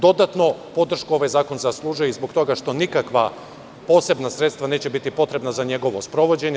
Dodatnu podršku ovaj zakon zaslužuje i zbog toga što nikakva posebna sredstva neće biti potrebna za njegovo sprovođenje.